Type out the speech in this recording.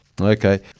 Okay